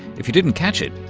if you didn't catch it,